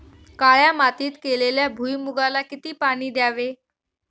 काळ्या मातीत केलेल्या भुईमूगाला किती पाणी द्यावे?